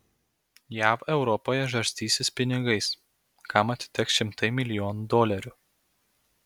jav europoje žarstysis pinigais kam atiteks šimtai milijonų dolerių